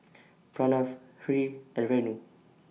Pranav Hri and Renu